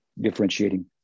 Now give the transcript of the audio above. differentiating